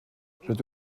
rydw